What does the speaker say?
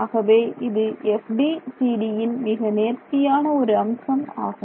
ஆகவே இது FDTDயின் மிக நேர்த்தியான ஒரு அம்சம் ஆகும்